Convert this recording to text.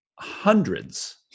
hundreds